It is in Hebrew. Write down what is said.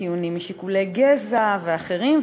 טיעונים משיקולי גזע ואחרים,